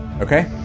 Okay